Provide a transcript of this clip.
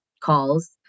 calls